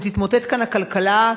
אם תתמוטט כאן הכלכלה.